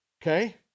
Okay